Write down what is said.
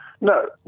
No